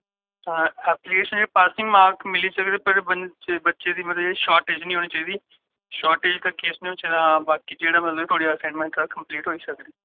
application च passing marks मिली सकदे पर बच्चे दी मतलब शार्टेज नि होनी चाहिदी शार्टेज दा केस नि होना चाहिदा बाकी जेह्डा मतलब थुआढ़ी असाइनमेंट कम्पलीट होई सकदी